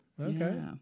Okay